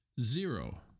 Zero